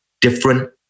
different